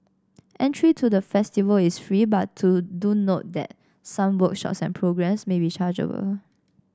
entry to the festival is free but to do note that some workshops and programmes may be chargeable